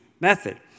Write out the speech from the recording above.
method